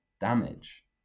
damage